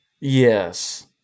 Yes